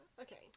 okay